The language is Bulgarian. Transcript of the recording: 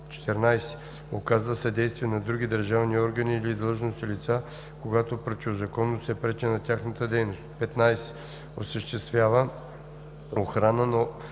14. оказва съдействие на други държавни органи или длъжностни лица, когато противозаконно се пречи на тяхната дейност; 15. осъществява охрана на